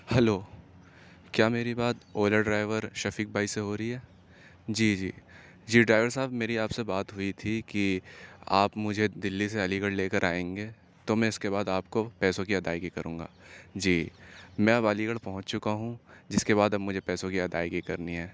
hello کیا میری بات اولا ڈرائیور شفیق بھائی سے ہو رہی ہے جی جی جی ڈرائیور صاحب میری آپ سے بات ہوئی تھی کہ آپ مجھے دلی سے علی گڑھ لے کر آئیں گے تو میں اس کے بعد آپ کے پیسوں کی ادائیگی کروں گا جی میں اب علی گڑھ پہنچ چکا ہوں جس کے بعد اب مجھے پیسوں کی ادائیگی کرنی ہے